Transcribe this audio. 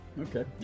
Okay